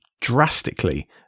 drastically